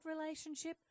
relationship